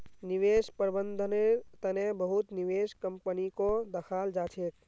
निवेश प्रबन्धनेर तने बहुत निवेश कम्पनीको दखाल जा छेक